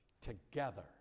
Together